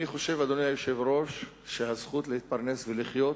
אני חושב, אדוני היושב-ראש, שהזכות להתפרנס ולחיות